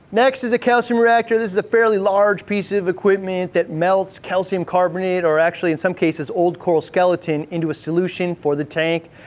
next is a calcium reactor. this is a fairly large piece of equipment that melts calcium carbonate or actually in some cases old coral skeleton into a solution for the tank,